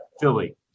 Philly